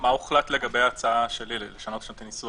מה הוחלט לגבי ההצעה שלי לשנות את הניסוח?